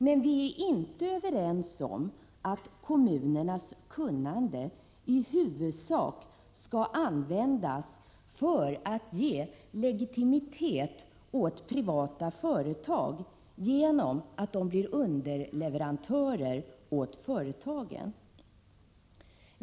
Men vi är inte överens om att kommunernas kunnande i huvudsak skall användas för att ge legitimitet åt privata företag genom att de blir underleverantörer åt företagen.